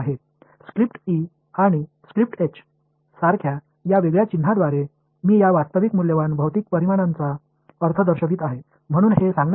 எனவே ஸ்கிரிப்ட் Eமற்றும் script H போன்ற சற்றே வித்தியாசமான சின்னத்தால் இந்த உண்மையான மதிப்புமிக்க பிஸிக்கல் குவான்டிடிஸ் களை நான் குறிக்கிறேன்